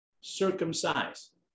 circumcised